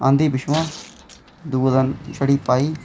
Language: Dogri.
आंदी पिच्छुआं दूई बारी जेल्लै पाई